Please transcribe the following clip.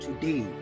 today